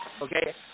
okay